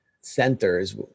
centers